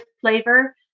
flavor